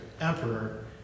emperor